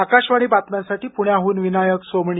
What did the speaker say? आकाशवाणी बातम्यांसाठी पुण्याहून विनायक सोमणी